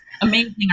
Amazing